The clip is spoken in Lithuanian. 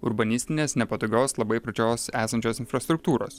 urbanistinės nepatogios labai plačios esančios infrastruktūros